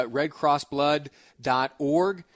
redcrossblood.org